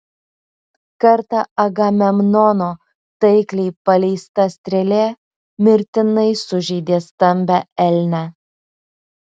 kartą agamemnono taikliai paleista strėlė mirtinai sužeidė stambią elnę